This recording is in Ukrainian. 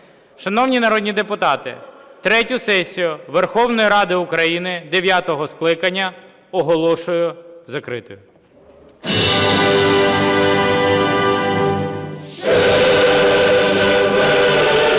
Шановні народні депутати, третю сесію Верховної Ради України дев'ятого скликання оголошую закритою.